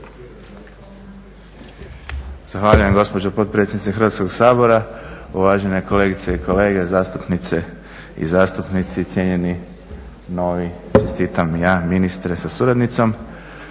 Zahvaljujem gospođo potpredsjednice Hrvatskog sabora. Uvažene kolegice i kolege, zastupnice i zastupnici. Cijenjeni novi čestitam i ja, ministre sa suradnicom.